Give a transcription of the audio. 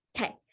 Okay